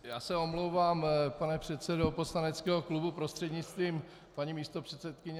Já se omlouvám, pane předsedo poslaneckého klubu prostřednictvím paní místopředsedkyně.